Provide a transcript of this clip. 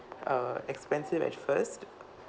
uh expensive at first